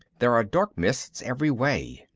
there are dark mists every way.